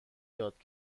یاد